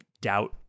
doubt